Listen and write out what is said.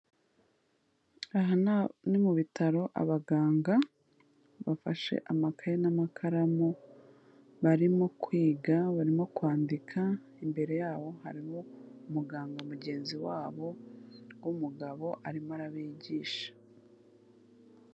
Aha ni mu bitaro abaganga bafashe amakaye n'amakaramu, barimo kwiga, barimo kwandika, imbere yabo harimo umuganga mugenzi wabo w'umugabo arimo arabigisha.